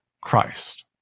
Christ